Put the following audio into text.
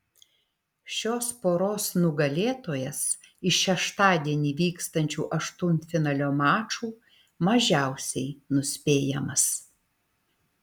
šios poros nugalėtojas iš šeštadienį vykstančių aštuntfinalio mačų mažiausiai nuspėjamas